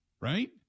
Right